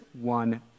one